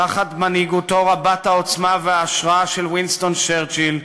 תחת מנהיגותו רבת העוצמה וההשראה של וינסטון צ'רצ'יל,